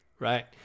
Right